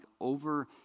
over